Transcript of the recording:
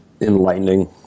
enlightening